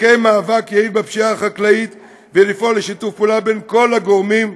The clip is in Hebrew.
לקיים מאבק יעיל בפשיעה החקלאית ולפעול לשיתוף פעולה בין כל הגורמים,